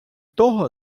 того